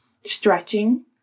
stretching